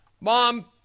mom